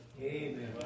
Amen